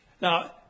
now